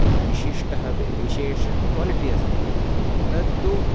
विशिष्टः विशेषः क्वालिटि अस्ति तत्तु